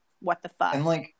what-the-fuck